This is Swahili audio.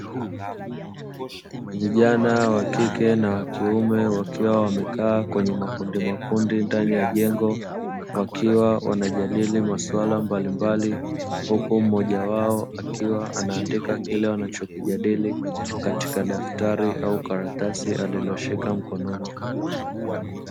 Vijana wa kike na wa kiume wakiwa wamekaa kwenye makundimakundi ndani ya jengo wakiwa wanajadili maswala mbalimbali, huku mmoja wao akiwa anaandika kile wanachokijadili katika daftari au karatasi aliloshika mkononi.